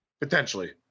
potentially